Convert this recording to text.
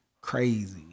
crazy